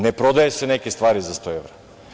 Ne prodaju se neke stvari za 100 evra.